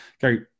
gary